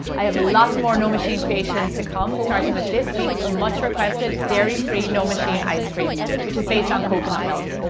i have lots more no machine creations to come starting with this week's much-requested dairy-free no machine ice cream which is based on coconut milk.